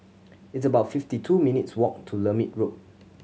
it's about fifty two minutes' walk to Lermit Road